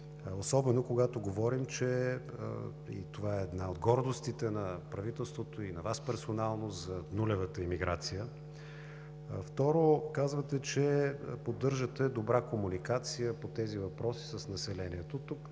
особено когато говорим, че и това е една от гордостите на правителството, и на Вас персонално – за нулевата емиграция? Второ, казвате, че поддържате добра комуникация по тези въпроси с населението. Тук